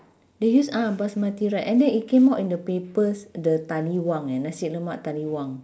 they use ah basmati rice and then it came out in the papers the taliwang eh nasi lemak taliwang